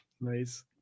nice